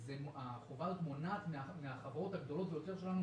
החובה הזאת מונעת מהחברות הגדולות ביותר שלנו,